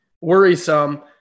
worrisome